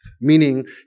Meaning